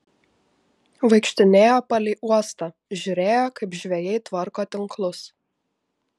vaikštinėjo palei uostą žiūrėjo kaip žvejai tvarko tinklus